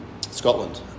Scotland